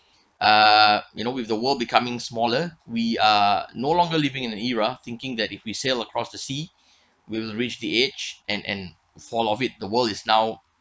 uh you know with the world becoming smaller we are no longer living in the era thinking that if we sail across the sea we'll reach the age and and the fall off it the world is now